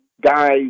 guys